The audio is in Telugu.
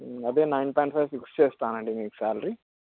అదే నైన్ పాయింట్ ఫైవ్ ఫిక్స్ చేస్తానండి మీకు శాలరీ